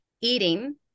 eating